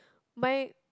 my